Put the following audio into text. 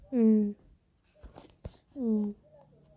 mm mm